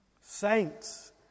Saints